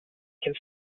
can